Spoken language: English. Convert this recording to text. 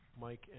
mike